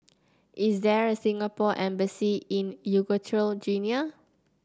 is there a Singapore Embassy in Equatorial Guinea